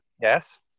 Yes